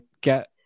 get